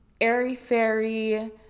airy-fairy